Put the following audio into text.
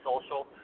social